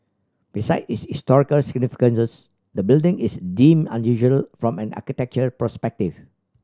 besides its historical significance the building is deemed unusual from an architectural perspective